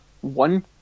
one